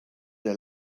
der